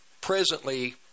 presently